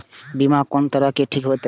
बीमा कोन तरह के ठीक होते?